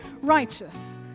righteous